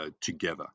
together